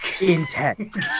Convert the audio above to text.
intense